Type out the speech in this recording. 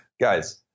guys